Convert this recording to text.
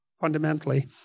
fundamentally